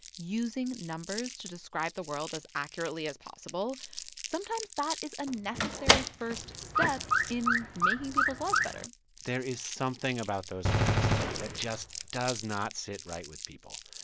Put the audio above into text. using numbers to describe the world as accurately as possible sometimes that is a necessary first step in making people's lives better there is something about those graphs, though, that just does not sit right with people.